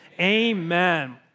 amen